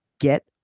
Get